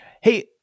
Hey